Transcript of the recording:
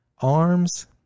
arms